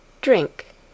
Drink